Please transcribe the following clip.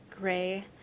gray